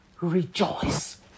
rejoice